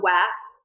West